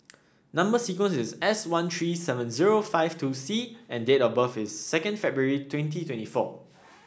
number sequence is S one three seven zero four five two C and date of birth is second February twenty twenty four